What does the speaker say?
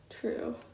True